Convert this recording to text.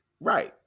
Right